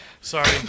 Sorry